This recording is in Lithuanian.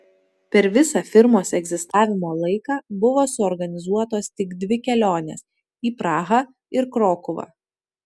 per visą firmos egzistavimo laiką buvo suorganizuotos tik dvi kelionės į prahą ir krokuvą